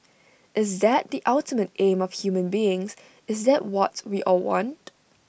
is that the ultimate aim of human beings is that what we all want